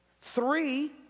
Three